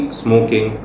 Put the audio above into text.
smoking